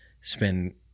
spend